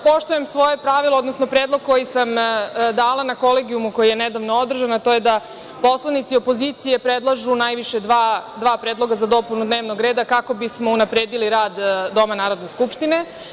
Poštujem svoje pravilo, odnosno predlog koji sam dala na Kolegijumu koji je nedavno održan, a to je da poslanici opozicije predlažu najviše dva predloga za dopunu dnevnog reda, kako bismo unapredili rad doma Narodne skupštine.